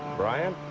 brian?